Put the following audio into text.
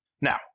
Now